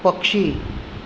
पक्षी